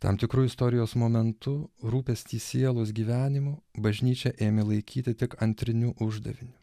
tam tikru istorijos momentu rūpestį sielos gyvenimu bažnyčia ėmė laikyti tik antriniu uždaviniu